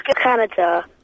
Canada